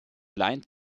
blind